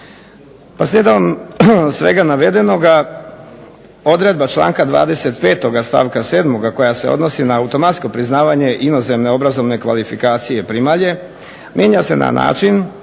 Slijedom svega navedenoga odredba članka 25. stavka 7. koja se odnosi na automatsko priznavanje inozemne obrazovne kvalifikacije primalje mijenja se na način